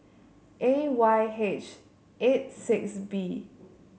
A Y H eight six B